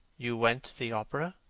you went to the opera?